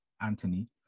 Anthony